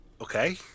Okay